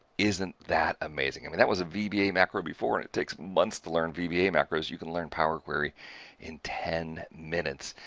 isn't that amazing? i mean, that was a vba macro before, and it takes months to learn vba macros you can learn power query in ten minutes.